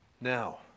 Now